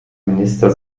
minister